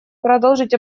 продолжить